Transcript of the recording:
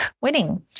winning